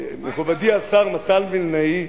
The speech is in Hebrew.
מכובדי השר מתן וילנאי,